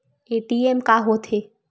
ATM का होथे?